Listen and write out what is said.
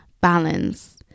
balance